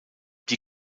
die